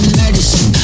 medicine